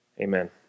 Amen